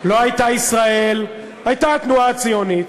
לא הייתה ישראל, הייתה התנועה הציונית,